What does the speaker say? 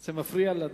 זה מפריע לדיון.